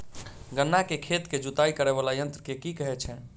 गन्ना केँ खेत केँ जुताई करै वला यंत्र केँ की कहय छै?